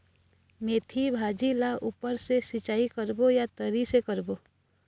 मेंथी भाजी ला ऊपर से सिचाई करबो या तरी से करबो?